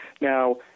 Now